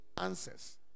answers